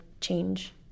change